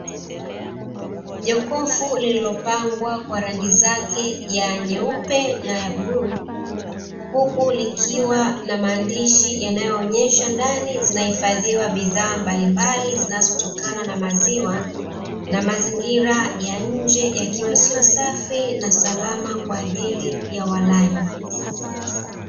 Jokofu lililopanbwa kwa rangi zake ya nyeupe na ya bluu, huku likiwa na maandishi yanayoonyesha ndani zinahifadhiwa bidhaa mbalimbali zinazotokana na maziwa, na mazingira ya nje yakiwa sio safi na salama kwa ajili ya walaji.